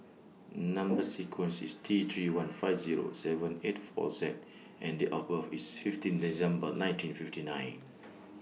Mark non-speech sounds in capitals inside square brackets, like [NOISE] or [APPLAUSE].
Number sequence IS T three one five Zero seven eight four Z and Date of birth IS fifteen [NOISE] December nineteen fifty nine